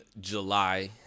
July